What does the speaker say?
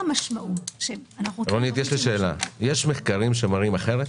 יש מחקרים שמראים אחרת?